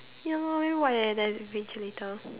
ya very what eh that invigilator